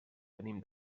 venim